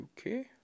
Okay